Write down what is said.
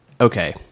Okay